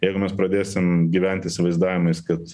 jeigu mes pradėsim gyvent įsivaizdavimais kad